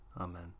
Amen